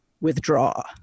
withdraw